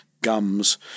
gums